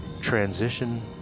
transition